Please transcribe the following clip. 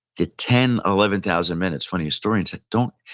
the ten, eleven thousand men, it's funny, historians don't,